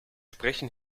sprechen